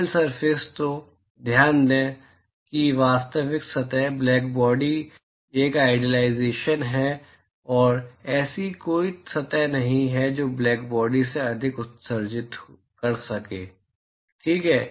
real surface तो ध्यान दें कि वास्तविक सतह ब्लैकबॉडी एक आइडियालाइज़ेशन है और ऐसी कोई सतह नहीं है जो ब्लैकबॉडी से अधिक उत्सर्जित कर सके ठीक है